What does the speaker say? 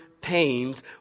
pains